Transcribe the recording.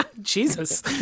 Jesus